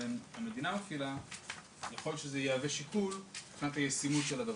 לבין המדינה מפעילה יכול להיות שזה יהווה שיקול מבחינת הישימות של הדבר.